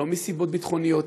לא מסיבות ביטחוניות,